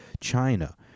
China